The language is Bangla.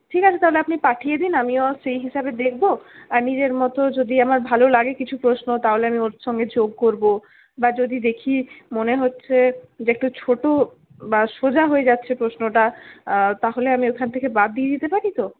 ঠিক আছে তাহলে আপনি পাঠিয়ে দিন আমিও সেই হিসাবে দেখব আর নিজের মতো যদি আমার ভালো লাগে কিছু প্রশ্ন তাহলে আমি ওর সঙ্গে যোগ করব বা যদি দেখি মনে হচ্ছে যে একটু ছোট বা সোজা হয়ে যাচ্ছে প্রশ্নটা তাহলে আমি ওইখান থেকে বাদ দিয়ে দিতে পারি তো